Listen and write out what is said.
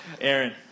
Aaron